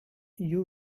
you